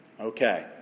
Okay